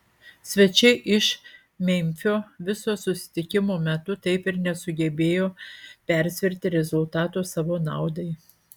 svečiai iš memfio viso susitikimo metu taip ir nesugebėjo persverti rezultato savo naudai